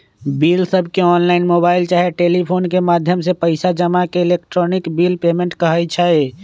बिलसबके online, mobile चाहे telephone के माध्यम से पइसा जमा के इलेक्ट्रॉनिक बिल पेमेंट कहई छै